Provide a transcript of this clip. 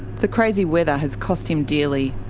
the crazy weather has cost him dearly.